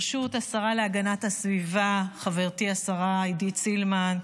ברשות השרה להגנת הסביבה חברתי השרה עידית סילמן,